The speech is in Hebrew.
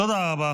תודה רבה.